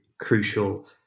crucial